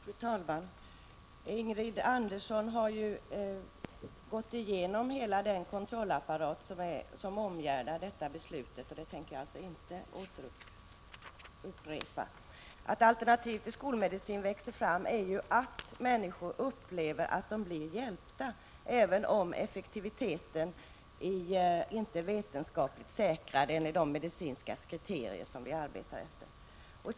Fru talman! Ingrid Andersson har gått igenom hela den kontrollapparat som omgärdar naturmedlen, och jag behöver inte upprepa vad hon har sagt. Orsaken till att det växer fram alternativ till skolmedicinen är ju att människor upplever att de blir hjälpta, även om effektiviteten inte är vetenskapligt säkrad enligt de medicinska kriterier som vi arbetar efter.